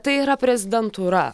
tai yra prezidentūra